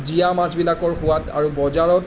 জীয়া মাছবিলাকৰ সোৱাদ আৰু বজাৰত